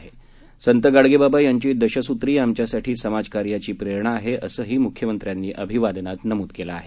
संत गाडगेबाबा यांची दशसुत्री आमच्यासाठी समाज कार्याची प्रेरणा आहे असेही मुख्यमंत्र्यांनी अभिवादनात नमूद केलं आहे